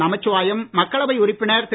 நமசிவாயம் மக்களவை உறுப்பினர் திரு